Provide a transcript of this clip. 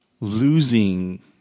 losing